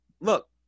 look